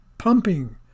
pumping